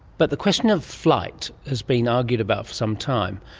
but the question of flight has been argued about for some time.